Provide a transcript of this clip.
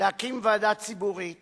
להקים ועדה ציבורית